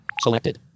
Selected